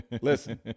listen